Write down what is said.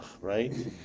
right